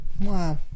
Wow